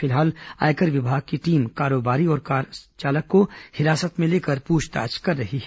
फिलहाल आयकर विभाग की टीम कारोबारी और कार चालक को हिरासत में लेकर पूछताछ कर रही है